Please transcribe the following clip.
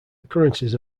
occurrences